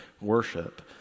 worship